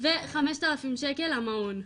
וחמש אלפים שקל למעון.